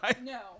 No